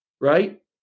right